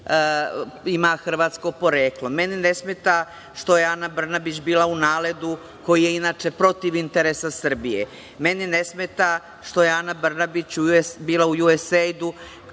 ima hrvatsko poreklo, meni ne smeta što je Ana Brnabić bila u NALED-u koji je inače protiv interesa Srbije. Meni ne smeta što je Ana Brnabić bila u USAID